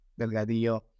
Delgadillo